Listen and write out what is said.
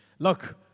Look